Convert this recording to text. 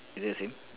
is it the same